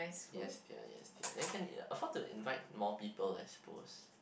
yes dear yes dear they can afford to invite more people I suppose